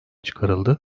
çıkarıldı